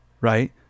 right